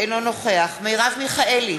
אינו נוכח מרב מיכאלי,